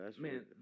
Man